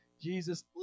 Jesus